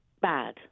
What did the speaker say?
bad